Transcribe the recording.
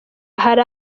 hari